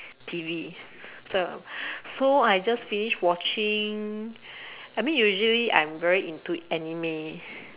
T_V so so I just finish watching I mean usually I'm very into anime